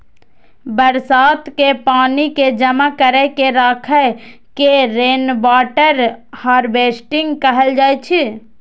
बरसात के पानि कें जमा कैर के राखै के रेनवाटर हार्वेस्टिंग कहल जाइ छै